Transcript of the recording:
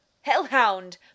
Hellhound